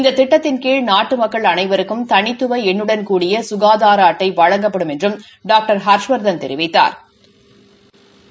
இந்த திட்டத்தின்கீழ் நாட்டு மக்கள் அளைவருக்கும் தனித்துவ எண்ணுடன்கூடிய சுகாதார அட்டை வழங்கப்படும் என்றும் டாக்டர் ஹா்ஷவாதன் தெரிவித்தாா்